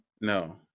No